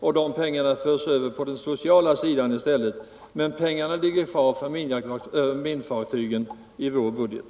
De pengarna förs över på den sociala sidan i stället. Men pengarna ligger kvar för minjaktfartygen i vår budget.